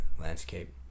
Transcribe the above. landscape